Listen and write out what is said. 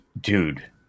Dude